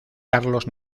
carlos